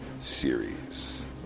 Series